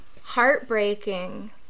Heartbreaking